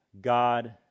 God